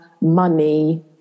money